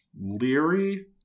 Leary